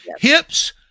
Hips